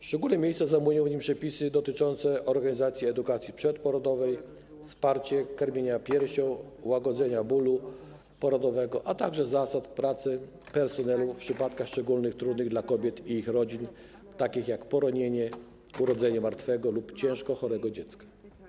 Szczególne miejsce zajmują w nim przepisy dotyczące organizacji edukacji przedporodowej, wsparcia karmienia piersią, łagodzenia bólu porodowego, a także zasad pracy personelu w przypadkach szczególnie trudnych dla kobiet i ich rodzin, takich jak poronienie, urodzenie martwego lub ciężko chorego dziecka.